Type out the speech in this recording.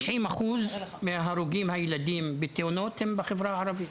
90% מההרוגים בתאונות כאלה הם בחברה הערבית